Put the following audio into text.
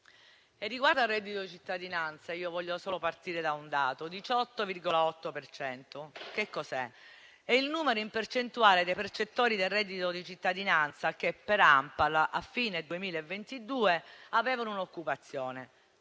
Riguardo al reddito di cittadinanza, voglio solo partire da un dato: 18,8 per cento. Che cos'è? È il numero in percentuale dei precettori del reddito di cittadinanza che, secondo ANPAL, a fine 2022 avevano un'occupazione;